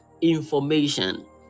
information